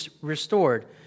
restored